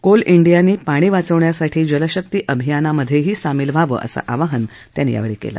Coal India ने पाणी वाचवण्यासाठी जलशक्ती अभियानमध्ये सामील होण्याचं आवाहन त्यांनी यावेळी केले